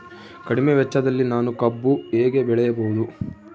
ಕಡಿಮೆ ವೆಚ್ಚದಲ್ಲಿ ನಾನು ಕಬ್ಬು ಹೇಗೆ ಬೆಳೆಯಬಹುದು?